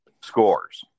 scores